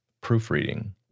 proofreading